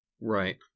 Right